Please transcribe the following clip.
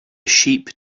sheep